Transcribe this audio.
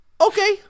Okay